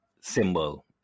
symbol